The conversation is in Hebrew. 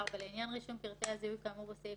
" לעניין רישום פרטי הזיהוי כאמור בסעיף